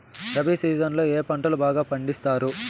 rabi season లో ఏ పంటలు బాగా పండిస్తారు